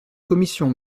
commission